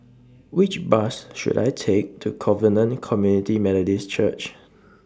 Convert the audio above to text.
Which Bus should I Take to Covenant Community Methodist Church